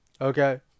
Okay